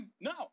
no